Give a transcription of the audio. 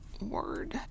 word